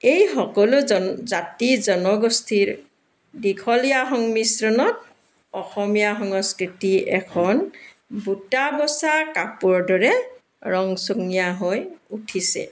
এই সকলো জন জাতি জনগোষ্ঠীৰ দীঘলীয়া সংমিশ্ৰণত অসমীয়া সংস্কৃতি এখন বুটা বচা কাপোৰৰ দৰে ৰং চঙীয়া হৈ উঠিছে